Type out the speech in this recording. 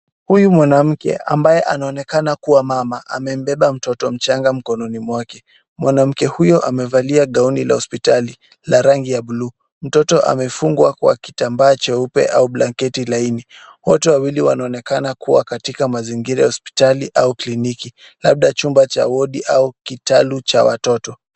Huyu mwanamke ambaye anaonekana kuwa mama amembeba mtoto mchanga mkononi mwake. Mwanamke huyu amevalia gauni la hospitali la rangi ya bluu. Mtoto amefungwa kwa kitambaa cheupe au blanketi laini. Wote wawili wanaonekana kuwa katika mazingira ya hospitali au kliniki. Labda chumba cha wodi au kitalu cha watoto.